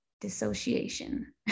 dissociation